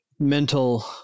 mental